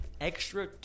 Extra